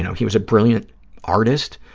he was a brilliant artist,